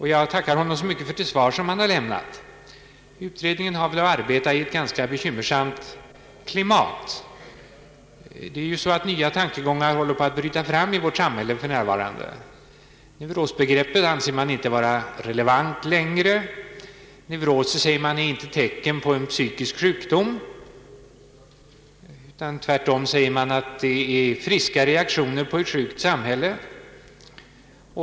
Jag tackar honom också för det svar han har lämnat på min interpellation. Utredningen kommer att få arbeta i ett ganska bekymmersamt klimat. Nya tankegångar håller på att växa fram i vårt samhälle. Neurosbegreppet anser man inte längre vara relevant. Neuroser, säger man, är inte tecken på en psykisk sjukdom, utan tvärtom säger man att det är friska reaktioner på ett sjukt samhälle.